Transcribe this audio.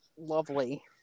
lovely